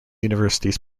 universities